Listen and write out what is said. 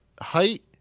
height